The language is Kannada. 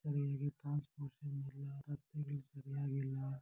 ಸರಿಯಾಗಿ ಟ್ರಾನ್ಸ್ಪೋರ್ಶನ್ ಇಲ್ಲ ರಸ್ತೆಗಳು ಸರಿಯಾಗಿಲ್ಲ